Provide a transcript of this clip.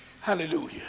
Hallelujah